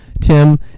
Tim